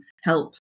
help